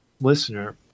listener